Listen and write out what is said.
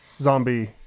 zombie